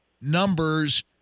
numbers